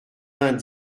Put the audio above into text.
vingt